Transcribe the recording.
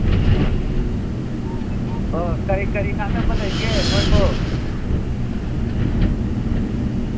ꯑꯥ ꯑꯣ ꯀꯔꯤ ꯀꯔꯤ ꯉꯥꯡꯅꯕ ꯂꯩꯒꯦ ꯅꯣꯏꯕꯣ